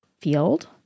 field